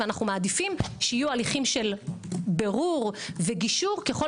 ואנחנו מעדיפים שיהיו הליכים של בירור וגישור ככל